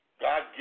God